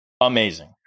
amazing